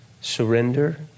surrender